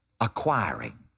acquiring